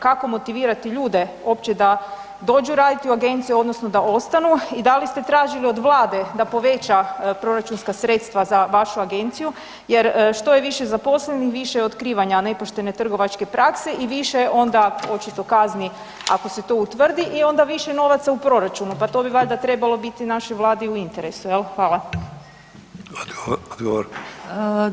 Kako motivirati ljude uopće da dođu raditi u Agenciju, odnosno da ostanu i da li ste tražili od Vlade da poveća proračunska sredstva za vašu Agenciju jer što je više zaposlenih, više je otkrivanja nepoštene trgovačke prakse i više onda, očito kazni ako se to utvrdi i onda više novaca u proračunu, pa to bi valjda trebalo biti našoj Vladi u interesu, je l'